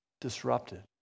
disrupted